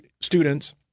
students